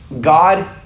God